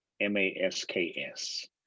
M-A-S-K-S